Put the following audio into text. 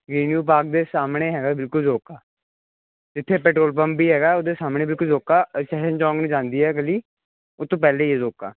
renew park ਦੇ ਸਾਹਮਣੇ ਹੈਗਾ ਬਿਲਕੁਲ ਰੋਕਾ ਇੱਥੇ ਪੈਟਰੋਲ ਪੰਪ ਵੀ ਹੈਗਾ ਉਹਦੇ ਸਾਹਮਣੇ ਬਿਲਕੁਲ ਰੋਕਾ ਚੌਂਕ ਨੂੰ ਜਾਂਦੀ ਹੈ ਇਹ ਗਲੀ ਉੱਥੋਂ ਪਹਿਲਾਂ ਹੀ ਹੈ ਰੋਕਾ